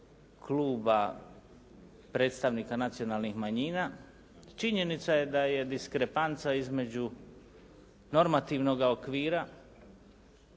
Kluba predstavnika nacionalnih manjina, činjenica je da je diskrepanca između normativnoga okvira